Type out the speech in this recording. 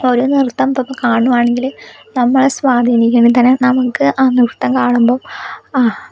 ഒരു നൃത്തം ഇപ്പം കാണുകയാണെങ്കിൽ നമ്മളെ സ്വാധീനിക്കണം തന്നെ നമുക്ക് ആ നൃത്തം കാണുമ്പോൾ ആഹ്